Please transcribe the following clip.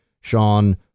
Sean